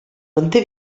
manté